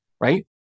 right